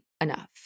enough